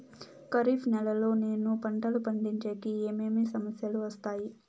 ఖరీఫ్ నెలలో నేను పంటలు పండించేకి ఏమేమి సమస్యలు వస్తాయి?